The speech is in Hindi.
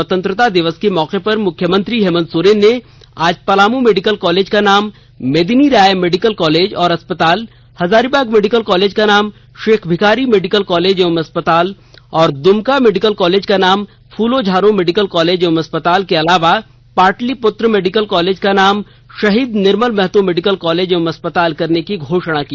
स्वंत्रतता दिवस के मौके पर मुख्यमंत्री हेमंत सोरेन ने आज पलामू मेडिकल कॉलेज का नाम मेदिनीराय मेडिकल कॉलेज और अस्पताल हजारीबाग मेडिकल कॉलेज का नाम शेख भिखारी मेडिकल कॉलेज एवं अस्पताल तथा द्रमका मेडिकल कॉलेज का नाम फ़्लो झानो मेडिकल कॉलेज एवं अस्पताल के अलावा पाटलिपुत्रा मेडिकल कॉलेज का नाम शहीद निर्मेल महतो मेडिकल कॉलेज एवं अस्पताल करने की घोषणा की